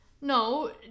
No